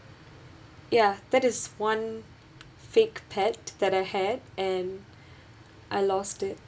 ya that is one fake pet that I had and I lost it